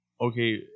okay